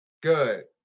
Good